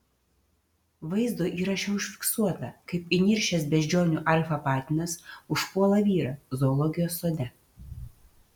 vaizdo įraše užfiksuota kaip įniršęs beždžionių alfa patinas užpuola vyrą zoologijos sode